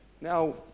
Now